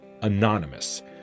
anonymous